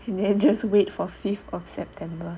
and then you just wait for fifth of september